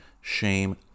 shame